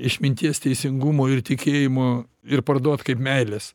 išminties teisingumo ir tikėjimo ir parduot kaip meilės